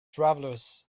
travelers